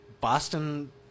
Boston